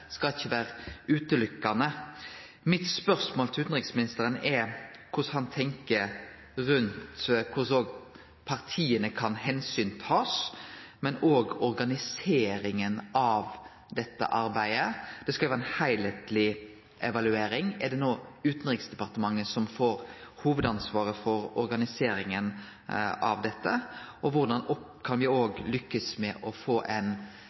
skal vere ekskluderande. Mitt spørsmål til utanriksministeren er: Korleis tenkjer han rundt korleis omsyn til partia kan bli tatt, men òg rundt organiseringa av dette arbeidet? Det skal jo vere ei heilskapleg evaluering. Er det Utanriksdepartementet som no får hovudansvaret for organiseringa av dette, og korleis kan me òg lykkast med å få